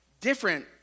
different